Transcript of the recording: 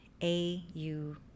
A-U